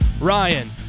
Ryan